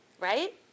Right